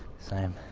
same.